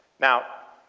now,